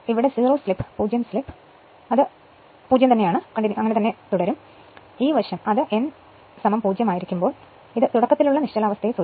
അതിനാൽ ഇവിടെ 0 സ്ലിപ്പ് 0 ആണ് ഈ വശം അത് n 0 ആയിരിക്കുമ്പോൾ അതാണ് തുടക്കത്തിലുള്ള നിശ്ചലാവസ്ഥ